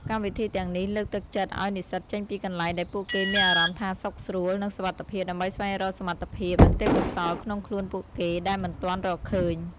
កម្មវិធីទាំងនេះលើកទឹកចិត្តឲ្យនិស្សិតចេញពីកន្លែងដែលពួកគេមានអារម្មណ៍ថាសុខស្រួល និងសុវត្ថិភាព ដើម្បីស្វែងរកសមត្ថភាព និងទេព្យកោសល្យក្នុងខ្លួនពួកគេ ដែលមិនទាន់រកឃើញ។